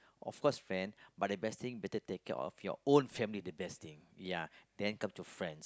of course friend but the best thing better take care of your own family the best thing ya then come to friends